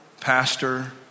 pastor